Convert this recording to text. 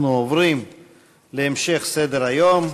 אנחנו עוברים להמשך סדר-היום: